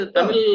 Tamil